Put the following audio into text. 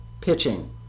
Pitching